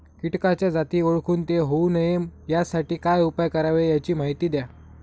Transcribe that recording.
किटकाच्या जाती ओळखून ते होऊ नये यासाठी काय उपाय करावे याची माहिती द्या